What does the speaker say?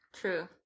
True